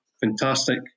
Fantastic